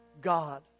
God